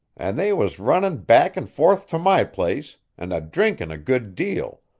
and they was runnin' back and forth to my place, and a-drinkin' a good deal,